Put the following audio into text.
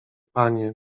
panie